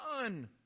done